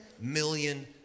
million